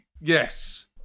Yes